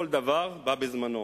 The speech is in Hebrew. כל דבר בא בזמנו.